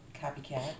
Copycat